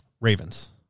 Ravens